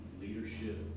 leadership